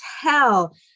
tell